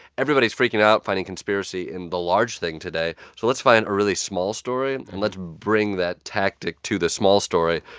everybody's freaking out finding conspiracy in the large thing today, so let's find a really small story, and let's bring that tactic to the small story.